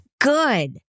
good